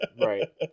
Right